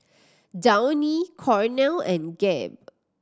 Downy Cornell and Gap